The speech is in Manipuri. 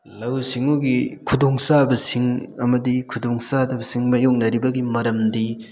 ꯂꯧꯎ ꯁꯤꯡꯎꯒꯤ ꯈꯨꯗꯣꯡ ꯆꯥꯕꯁꯤꯡ ꯑꯃꯗꯤ ꯈꯨꯗꯣꯡ ꯆꯥꯗꯕꯁꯤꯡ ꯃꯥꯏꯌꯣꯛꯅꯔꯤꯕꯒꯤ ꯃꯔꯝꯗꯤ